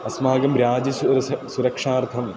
अस्माकं राज्य सुरक्षार्थं